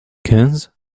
quinze